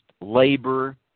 labor